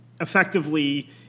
effectively